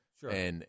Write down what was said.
sure